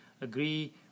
agree